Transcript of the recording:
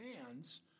hands